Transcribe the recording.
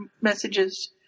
messages